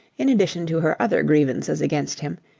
in addition to her other grievances against him,